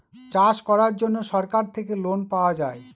চাষ করার জন্য সরকার থেকে লোন পাওয়া যায়